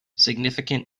significant